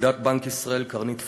נגידת בנק ישראל קרנית פלוג,